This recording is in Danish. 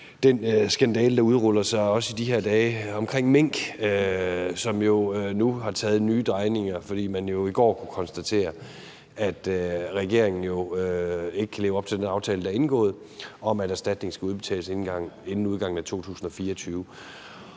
den skandale, der udruller sig også i de her dage omkring mink, og som jo nu har taget nye drejninger. For man kunne jo i går konstatere, at regeringen ikke lever op til den aftale, der er indgået, om, at erstatning skal udbetales inden udgangen af 2024.